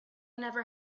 never